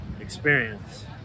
experience